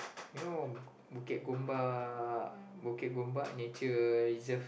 you know Bukit-Gombak Bukit-Gombak nature reserve